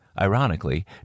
Ironically